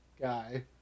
Guy